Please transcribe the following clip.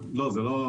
לא?